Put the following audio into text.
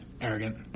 arrogant